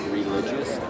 religious